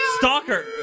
Stalker